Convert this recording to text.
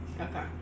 Okay